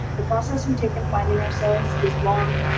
the process we take in finding ourselves is long,